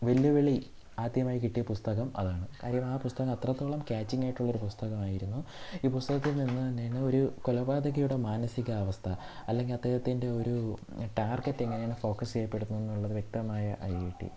വെല്ലുവിളി ആദ്യമായി കിട്ടിയ പുസ്തകം അതാണ് കാര്യം ആ പുസ്തകം അത്രത്തോളം ക്യാച്ചിങ് ആയിട്ടുള്ള ഒരു പുസ്തകം ആയിരുന്നു ഈ പുസ്തകത്തിൽ നിന്ന് തന്നെ ഒരു കൊലപാതകിയുടെ മാനസികാവസ്ഥ അല്ലെങ്കിൽ അദ്ദേഹത്തിൻ്റെ ഒരു ടാർഗറ്റ് എങ്ങനെയാണ് ഫോക്കസ് ചെയ്യപ്പെടുന്നത് എന്നുള്ള വ്യക്തമായ ഐഡിയ കിട്ടി